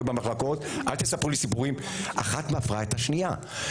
במחלקות ואל תספרו לי סיפורים אחת מפרה את השנייה.